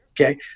okay